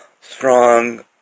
strong